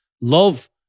love